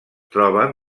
troben